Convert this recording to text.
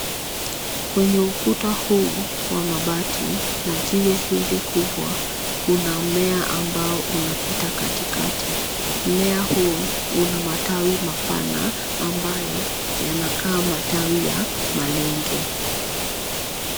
Kwenye ukuta huu wa mabati na jiwe hili kubwa, kuna mmea ambao unapita katikati. Mmea huo una matawi mapana ambayo yanakaa matawi ya malenge.